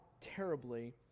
terribly